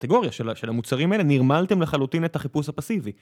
בקטגוריה של המוצרים האלה נרמלתם לחלוטין את החיפוש הפסיבי